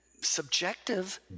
subjective